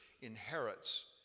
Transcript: inherits